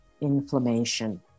inflammation